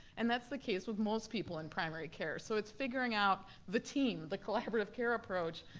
and that's the case with most people in primary care. so it's figuring out the team, the collaborative care approach,